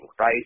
right